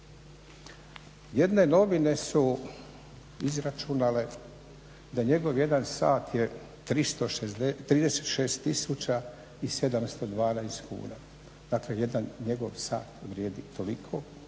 Jedne novine su izračunale da njegov jedan sat je 36 tisuća i 712 kuna, dakle jedan njegov sat vrijedi toliko